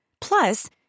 Plus